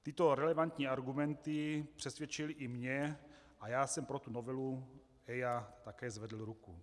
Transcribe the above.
Tyto relevantní argumenty přesvědčily i mě a já jsem pro novelu EIA také zvedl ruku.